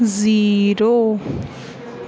zero